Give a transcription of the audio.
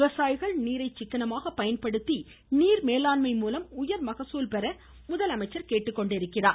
விவசாயிகள் நீரை சிக்கனமாக பயன்படுத்தி நீர் மேலாண்மை மூலம் உயர் மகசூல் பெற முதலமைச்சர் கேட்டுக்கொண்டிருக்கிறார்